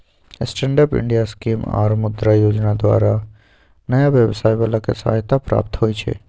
stand up India scheme आऽ मुद्रा जोजना द्वारा नयाँ व्यवसाय बला के सहायता प्राप्त होइ छइ